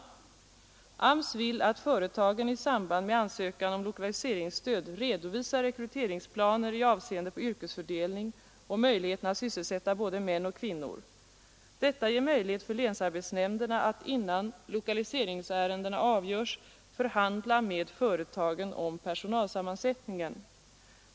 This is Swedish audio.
Arbetsmarknadsstyrelsen vill att företagen i samband med ansökan om lokaliseringsstöd skall redovisa rekryteringsplaner med avseende på yrkesfördelning och möjligheterna att sysselsätta både män och kvinnor. Detta ger möjlighet för länsarbetsnämnderna att innan lokaliseringsärendena avgörs förhandla med företagen om personalsammansättningen.